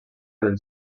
del